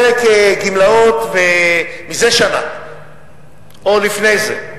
פרק גמלאות הוא מלפני שנה או לפני זה.